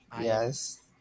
Yes